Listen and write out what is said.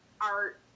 art